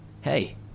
Hey